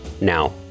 Now